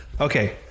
Okay